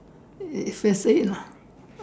uh it's the same ah